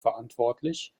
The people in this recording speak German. verantwortlich